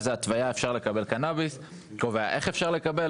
שקובע באיזו התוויה אפשר לקבל קנביס ואיך אפשר לקבל,